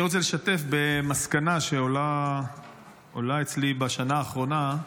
אני רוצה לשתף במסקנה שעולה אצלי בשנה האחרונה,